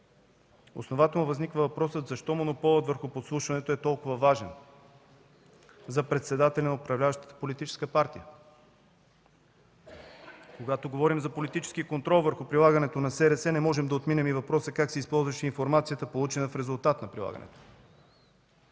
Основателно възниква въпросът: защо монополът върху подслушването е толкова важен за председателя на управляващата политическа партия?! Когато говорим за политически контрол върху прилагането на СРС, не можем да отминем и въпроса: как се използваше информацията, получена в резултат на прилагането?